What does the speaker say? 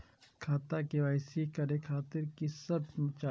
खाता के के.वाई.सी करे खातिर की सब चाही?